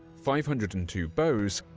five hundred and two bows,